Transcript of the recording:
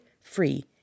free